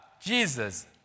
Jesus